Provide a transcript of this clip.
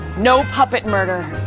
no puppet murder.